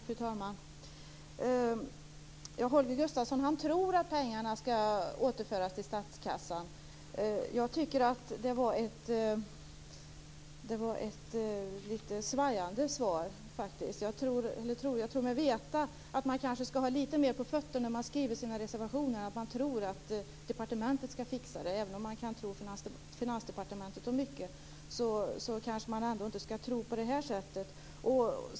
Fru talman! Holger Gustafsson tror att pengar skall återföras till statskassan men det var faktiskt ett något svajande svar. Jag tror mig veta att man skall ha lite mer på fötterna när man skriver sina reservationer än att just tro att departementet skall fixa det hela. Även om man kan tro Finansdepartementet om mycket skall man kanske inte tro på det sättet.